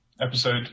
episode